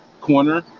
corner